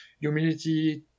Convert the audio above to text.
humility